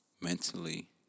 mentally